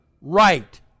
right